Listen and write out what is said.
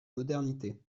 modernité